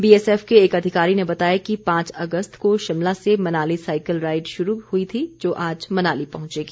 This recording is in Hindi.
बीएसएफ के एक अधिकारी ने बताया कि पांच अगस्त को शिमला से मनाली साईकल राइड शुरू हुई थी जो आज मनाली पहुंचेगी